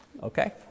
Okay